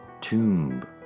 Tomb